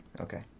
Okay